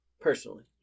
Personally